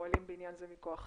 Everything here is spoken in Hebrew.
ופועלים בעניין הזה מכוח